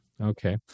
Okay